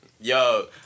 Yo